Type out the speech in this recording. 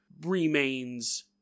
remains